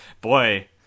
boy